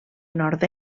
nord